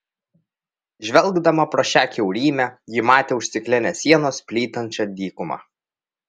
žvelgdama pro šią kiaurymę ji matė už stiklinės sienos plytinčią dykumą